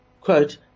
quote